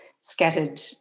scattered